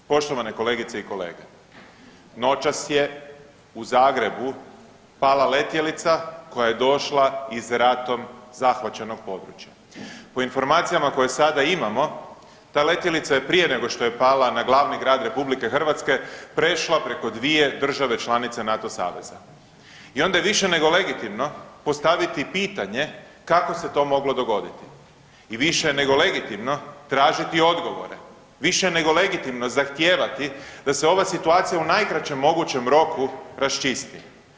Poštovane kolegice i kolege, noćas je u Zagrebu pala letjelica koja je došla iz ratom zahvaćenog područja, po informacijama koje sada imamo ta letjelica je prije nego što je pala na glavni grad RH prešla preko dvije države članice NATO saveza i onda je više nego legitimno postaviti pitanje kako se to moglo dogoditi i više je nego legitimno tražiti odgovore, više nego legitimno zahtijevati da se ova situacija u najkraćem mogućem roku raščisti.